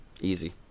Easy